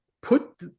put